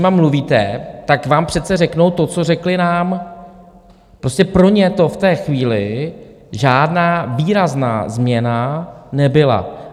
Vy s nimi mluvíte, tak vám přece řeknou to, co řekli nám prostě pro ně to v té chvíli žádná výrazná změna nebyla.